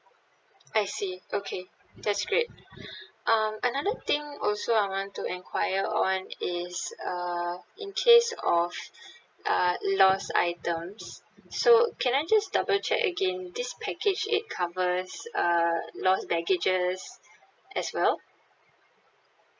I see okay that's great um another thing also I want to enquire on is uh in case of uh lost items so can I just double check again this package it covers uh lost baggages as well